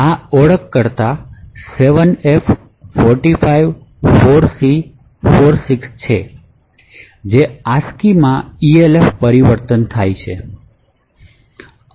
આ ઓળખકર્તા 7f 45 4c 46 છે જે ASCII માં elf પરિવર્તિત થાય છે